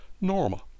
normal